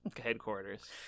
headquarters